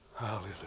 Hallelujah